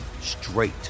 straight